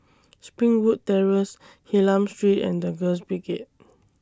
Springwood Terrace Hylam Street and The Girls Brigade